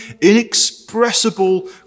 inexpressible